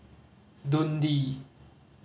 Dundee